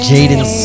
Jaden